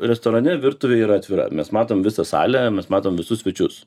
restorane virtuvė yra atvira mes matom visą salę mes matom visus svečius